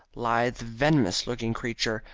lithe, venomous-looking creature,